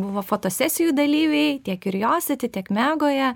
buvo fotosesijų dalyviai tiek ir jose tiek megoje